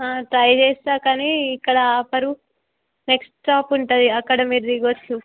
try చేస్తాను కానీ ఇక్కడ ఆపరు నెక్స్ట్ స్టాప్ ఉంటుంది అక్కడ మీరు దగచ్చు